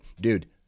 Dude